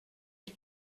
eut